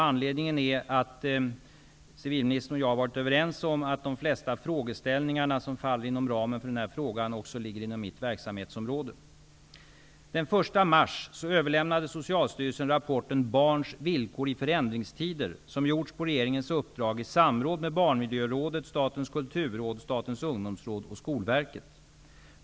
Anledning härtill är att civilministern och jag är överens om att de flesta problem som tas upp i denna fråga ligger inom mitt verksamhetsområde.